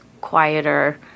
quieter